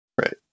Right